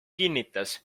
kinnitas